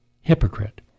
hypocrite